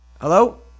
Hello